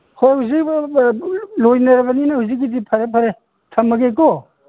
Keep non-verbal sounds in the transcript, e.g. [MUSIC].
[UNINTELLIGIBLE] ꯂꯣꯏꯅꯔꯕꯅꯤꯅ ꯍꯧꯖꯤꯛꯀꯤꯗꯤ ꯐꯔꯦ ꯐꯔꯦ ꯊꯝꯃꯒꯦꯀꯣ